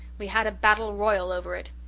we had a battle royal over it.